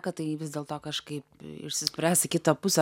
kad tai vis dėlto kažkaip išsispręs į kitą pusę